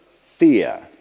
fear